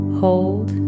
hold